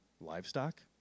livestock